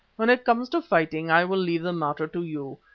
when it comes to fighting i will leave the matter to you,